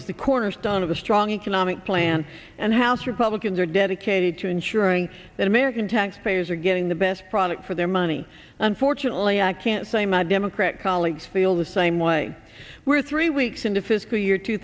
is the cornerstone of a strong economic plan and house republicans are dedicated to ensuring that american taxpayers are getting the best product for their money unfortunately i can't my democrat colleagues feel the same way we're three weeks into fiscal year two